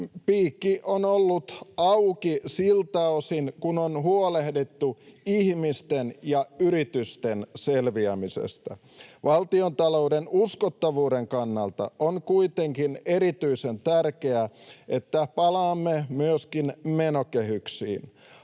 piikki on ollut auki siltä osin kuin on huolehdittu ihmisten ja yritysten selviämisestä. Valtiontalouden uskottavuuden kannalta on kuitenkin erityisen tärkeää, että palaamme myöskin menokehyksiin.